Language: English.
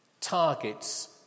targets